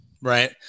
Right